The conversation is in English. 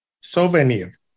Souvenir